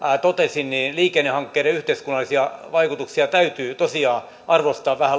totesi niin liikennehankkeiden yhteiskunnallisia vaikutuksia täytyy tosiaan arvostaa vähän